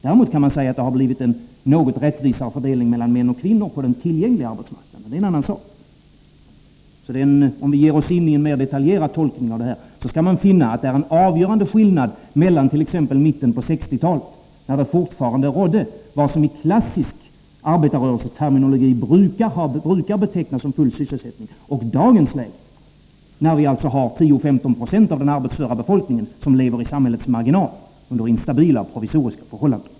Däremot kan man säga att det har blivit en något rättvisare fördelning mellan män och kvinnor på den tillgängliga arbetsmarknaden, men det är en annan sak. Om vi ger oss in på en mera detaljerad tolkning, skall vi alltså finna att det är en avgörande skillnad mellan t.ex. mitten av 1960-talet, då det fortfarande rådde vad som i klassisk arbetarrörelseterminologi brukar betecknas som full sysselsättning, och dagens läge, när 10-15 90 av den arbetsföra befolkningen lever i samhällets marginal under instabila, provisoriska förhållanden.